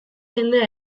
jendea